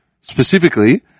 Specifically